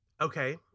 okay